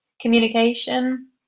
communication